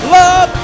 love